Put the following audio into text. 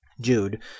Jude